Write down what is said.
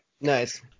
Nice